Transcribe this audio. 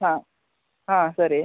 ಹಾಂ ಹಾಂ ಸರಿ